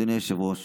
אדוני היושב-ראש,